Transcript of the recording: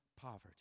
poverty